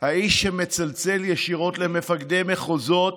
האיש שמצלצל ישירות למפקדי מחוזות,